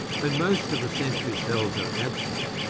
when most of the sensory cells are absent,